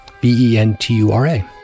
B-E-N-T-U-R-A